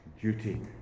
duty